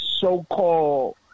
so-called